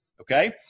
Okay